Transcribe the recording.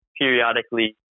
periodically